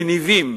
מניבים,